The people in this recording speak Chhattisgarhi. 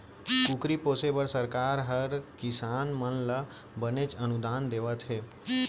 कुकरी पोसे बर सरकार हर किसान मन ल बनेच अनुदान देवत हे